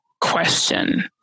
question